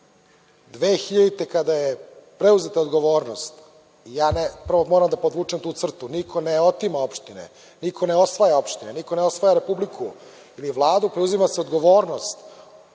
2000. kada je preuzeta odgovornost, prvo moram da podvučem tu crtu, niko ne otima opštine, niko ne osvaja opštine, niko ne osvaja Republiku ili Vladu, preuzima se odgovornost,